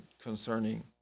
concerning